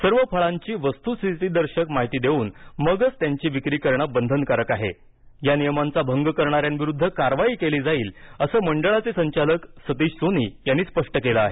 सर्व फळांची वस्तूस्थितीदर्शक माहिती देऊन मगच त्याची विक्री करणं बंधनकारक आहे या नियमाचा भंग करणाऱ्यांविरुद्ध योग्य ती कारवाई केली जाईल असं मंडळाचे संचालक सतीश सोनी यांनी स्पष्ट केलं आहे